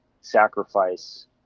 sacrifice